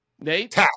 Nate